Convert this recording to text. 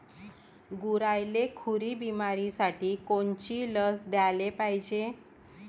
गुरांइले खुरी बिमारीसाठी कोनची लस द्याले पायजे?